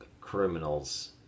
criminals